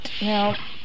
now